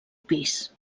pis